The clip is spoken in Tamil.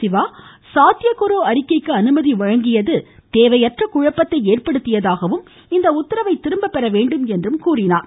சிவா சாத்தியக்கூறு அறிக்கைக்கு அனுமதி வழங்கியது தேவையற்ற குழப்பத்தை ஏற்படுத்தியதாகவும் இந்த உத்தரவை திரும்பப்பெற வேண்டும் என்றும் கோரினார்